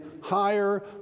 higher